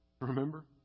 Remember